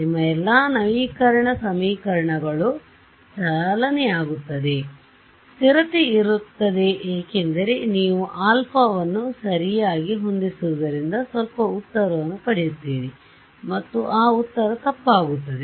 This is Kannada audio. ನಿಮ್ಮ ಎಲ್ಲಾ ನವೀಕರಣ ಸಮೀಕರಣಗಳು ಚಾಲನೆಯಾಗುತ್ತವೆ ಸ್ಥಿರತೆ ಇರುತ್ತದೆ ಏಕೆಂದರೆ ನೀವು ಅಲ್ಪಾ α ವನ್ನು ಸರಿಯಾಗಿ ಹೊಂದಿಸಿರುವುದರಿಂದ ಸ್ವಲ್ಪ ಉತ್ತರವನ್ನು ಪಡೆಯುತ್ತೀರಿ ಮತ್ತು ಆ ಉತ್ತರ ತಪ್ಪಾಗುತ್ತದೆ